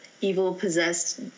evil-possessed